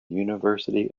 university